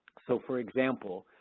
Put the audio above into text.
so for example,